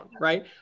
right